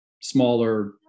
smaller